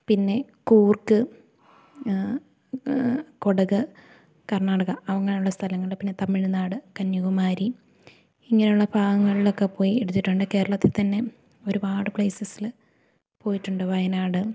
പിന്നെ കൂർക്ക് കൊടക് കർണാടക അങ്ങനുള്ള സ്ഥലങ്ങൾ പിന്നെ തമിഴ്നാട് കന്യാകുമാരി ഇങ്ങനുള്ള ഭാഗങ്ങളിൽ ഒക്കെ പോയി എടുത്തിട്ടുണ്ട് കേരളത്തിൽ തന്നെ ഒരുപാട് പ്ലേസസിൽ പോയിട്ടുണ്ട് വയനാട്